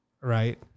Right